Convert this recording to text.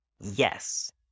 yes